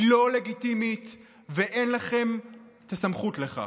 היא לא לגיטימית ואין לכם הסמכות לכך.